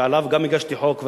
שעליו גם הגשתי חוק,